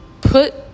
put